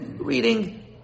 Reading